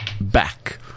back